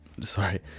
Sorry